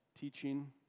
teaching